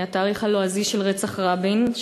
התאריך הלועזי של רצח רבין,